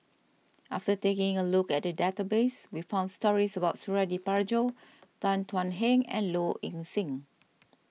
after taking a look at the database we found stories about Suradi Parjo Tan Thuan Heng and Low Ing Sing